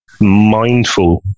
mindful